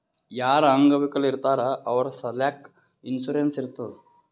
ಯಾರು ಅಂಗವಿಕಲ ಇರ್ತಾರ್ ಅವ್ರ ಸಲ್ಯಾಕ್ ಇನ್ಸೂರೆನ್ಸ್ ಇರ್ತುದ್